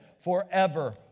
forever